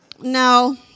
No